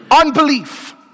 Unbelief